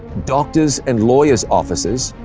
doctors' and lawyers' offices,